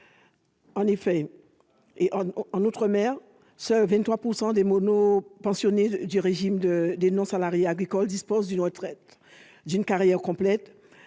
En effet, en outre-mer, seuls 23 % des monopensionnés du régime des non-salariés agricoles disposent d'une carrière complète